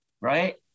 right